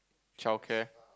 childcare